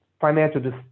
financial